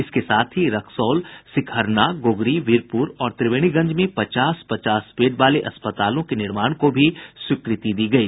इसके साथ ही रक्सौल सिकहरना गोगरी वीरपुर और त्रिवेणीगंज में पचास पचास बेड वाले अस्पतालों के निर्माण की भी स्वीकृति दी गई